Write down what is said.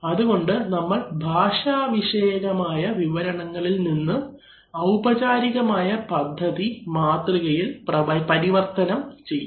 അതുകൊണ്ട് നമ്മൾ ഭാഷാവിഷയകമായ വിവരണങ്ങളിൽ നിന്ന് ഔപചാരികമായ പദ്ധതി മാതൃകയിൽ പരിവർത്തനം ചെയ്യും